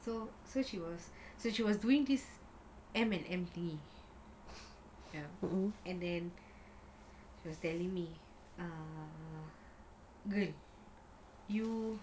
so so she was so she was doing this M_L_M thingy yes and then she was telling me uh good you